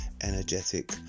energetic